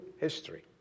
history